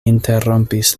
interrompis